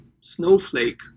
Snowflake